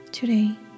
Today